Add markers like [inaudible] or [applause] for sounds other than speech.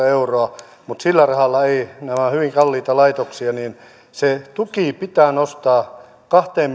[unintelligible] euroa mutta sillä rahalla ei saa nämä ovat hyvin kalliita laitoksia se tuki pitää nostaa kahteen [unintelligible]